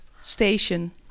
station